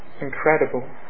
incredible